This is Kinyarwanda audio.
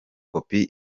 kopi